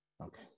Okay